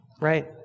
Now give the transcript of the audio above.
right